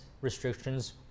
restrictions